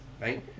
right